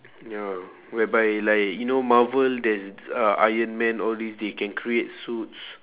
ya whereby like you know marvel there's uh iron man all these they can create suits